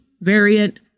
variant